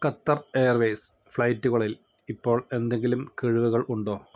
Qatar airways ഫ്ലൈറ്റുകളിൽ ഇപ്പോൾ എന്തെങ്കിലും കിഴിവുകൾ ഉണ്ടോ